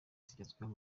zigezweho